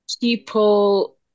people